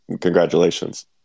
congratulations